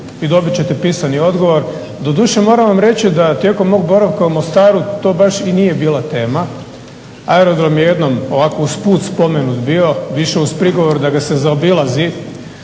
i dobit ćete pisani odgovor. Doduše, moram vam reći da tijekom mog boravka u Mostaru to baš i nije bila tema. Aerodrom je jednom ovako usput spomenut bio više uz prigovor da ga se zaobilazi